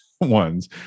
ones